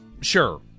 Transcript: sure